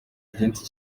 byinshi